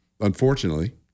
unfortunately